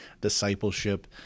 discipleship